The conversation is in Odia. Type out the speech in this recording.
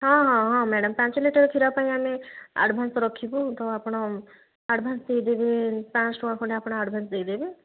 ହଁ ହଁ ହଁ ମ୍ୟାଡ଼ାମ୍ ପାଞ୍ଚ ଲିଟର୍ କ୍ଷୀର ପାଇଁ ଆମେ ଆଡ଼ଭାନ୍ସ୍ ରଖିବୁ ତ ଆପଣ ଆଡ଼ଭାନ୍ସ୍ ଦେଇଦେବେ ପାଞ୍ଚ ଟଙ୍କା ଖଣ୍ଡେ ଆପଣ ଆଡ଼ଭାନ୍ସ୍ ଦେଇଦେବେ